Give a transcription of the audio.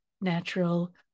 natural